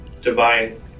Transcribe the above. divine